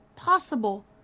possible